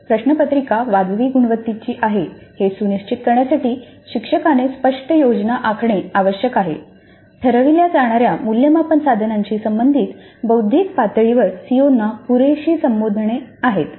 तर प्रश्नपत्रिका वाजवी गुणवत्तेची आहे हे सुनिश्चित करण्यासाठी शिक्षकाने स्पष्ट योजना आखणे आवश्यक आहे ठरविल्या जाणाऱ्या मूल्यमापन साधनांशी संबंधित बौद्धिक पातळीवर सीओना पुरेशी संबोधणे आहेत